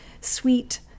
sweet